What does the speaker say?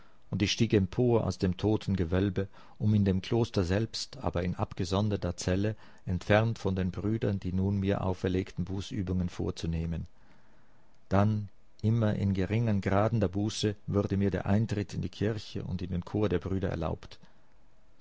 und ich stieg empor aus dem totengewölbe um in dem kloster selbst aber in abgesonderter zelle entfernt von den brüdern die nun mir auferlegten bußübungen vorzunehmen dann immer in geringern graden der buße wurde mir der eintritt in die kirche und in den chor der brüder erlaubt